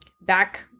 back